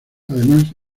además